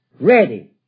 ready